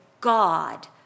God